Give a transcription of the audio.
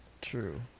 True